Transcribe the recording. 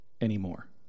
anymore